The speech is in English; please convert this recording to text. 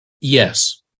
Yes